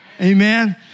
Amen